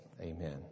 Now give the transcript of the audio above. Amen